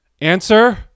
answer